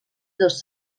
dos